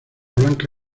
blanca